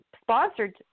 sponsored